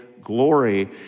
glory